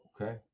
Okay